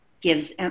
gives